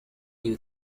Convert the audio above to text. you